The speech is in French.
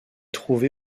trouvée